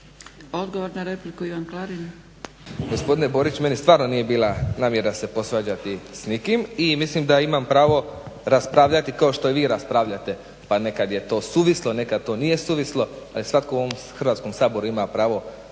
Odgovor na repliku, Ivan Klarin.